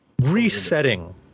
resetting